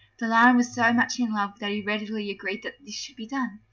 the lion was so much in love that he readily agreed that this should be done.